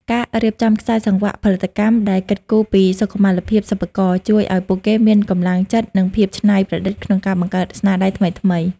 ការរៀបចំខ្សែសង្វាក់ផលិតកម្មដែលគិតគូរពីសុខុមាលភាពសិប្បករ ជួយឱ្យពួកគេមានកម្លាំងចិត្ត និងភាពច្នៃប្រឌិតក្នុងការបង្កើតស្នាដៃថ្មីៗ។